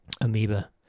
Amoeba